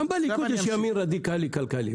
גם בליכוד יש ימין רדיקלי כלכלי,